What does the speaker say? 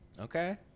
Okay